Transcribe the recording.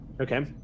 okay